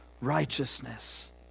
righteousness